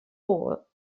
rôl